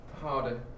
harder